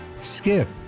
Skip